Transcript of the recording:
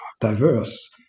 diverse